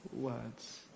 words